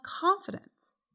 confidence